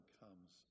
comes